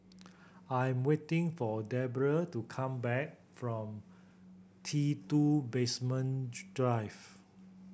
I am waiting for Deborah to come back from T Two Basement Drive